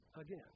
again